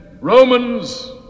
Romans